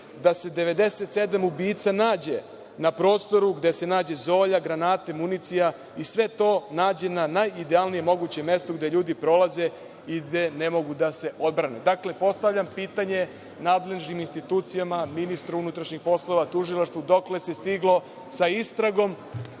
da se 97 ubica nađe na prostoru gde se nađe zolja, granate, municija i sve to nađe na najidealnijem mogućem mestu, gde ljudi prolaze i gde ne mogu da se odbrane. Dakle, postavljam pitanje nadležnim institucijama, ministru unutrašnjih poslova, tužilaštvu – dokle se stiglo sa istragom